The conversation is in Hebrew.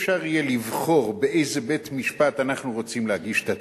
אפשר לבחור בית-משפט שבו אנחנו רוצים להגיש את התביעה.